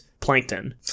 Plankton